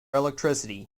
electricity